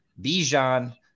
Bijan